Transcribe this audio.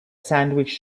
sandwich